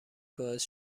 باعث